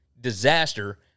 disaster